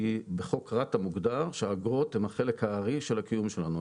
כי בחוק רת"א מוגדר שהאגרות הן החלק הארי של הקיום שלנו,